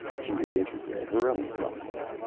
she was interested in her own problems.